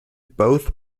both